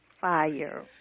fire